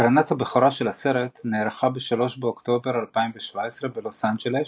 הקרנת הבכורה של הסרט נערכה ב-3 באוקטובר 2017 בלוס אנג'לס